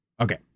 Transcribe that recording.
okay